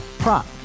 prop